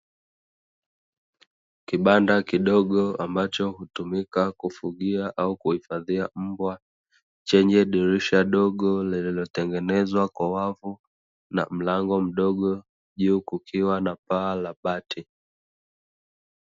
Kibanda kidogo ambacho hutumika kufugia au kuhifadhia mbwa, chenye dirisha dogo lililotengenezwa kwa wavu na mlango mdogo juu kukiwa na paa la bati.